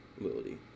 Ability